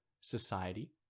society